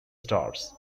stars